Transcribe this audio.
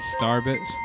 Starbits